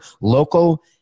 local